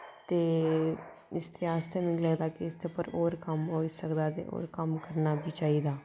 ते इसदे आस्तै मिगी लगदा कि इसदे उप्पर होर कम्म होई सकदा ते होर कम्म करना बी चाहिदा